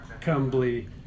cumbly